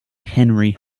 henry